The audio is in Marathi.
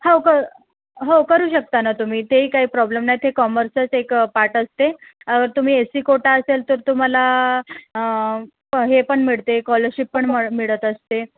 हो क हो करू शकता ना तुम्ही तेही काही प्रॉब्लेम नाही ते कॉमर्सचाच एक पार्ट असते तुम्ही एस सी कोटा असेल तर तुम्हाला हे पण मिळते कॉलरशीप पण म मिळत असते